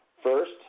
First